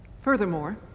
Furthermore